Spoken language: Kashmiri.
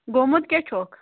گوٚمُت کیٛاہ چھُکھ